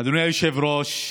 אדוני היושב-ראש,